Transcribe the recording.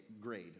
grade